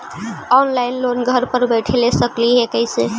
Online loan घर बैठे ले सकली हे, कैसे?